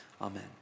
amen